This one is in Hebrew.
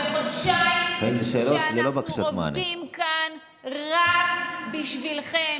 זה חודשיים שאנחנו עובדים כאן רק בשבילכם,